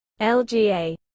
LGA